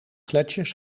gletsjers